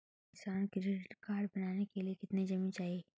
किसान credit card बनाने के लिए कितनी जमीन चाहिए?